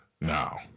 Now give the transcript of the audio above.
now